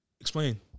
Explain